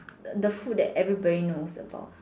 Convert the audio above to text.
the food that everybody knows about